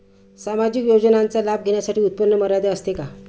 सामाजिक योजनांचा लाभ घेण्यासाठी उत्पन्न मर्यादा असते का?